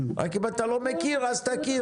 רק אם אתה לא מכיר אז תכיר.